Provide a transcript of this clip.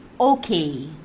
Okay